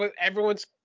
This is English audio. everyone's